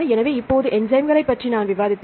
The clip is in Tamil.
எனவே இப்போது என்சைம்களைப் பற்றி நான் விவாதித்தேன்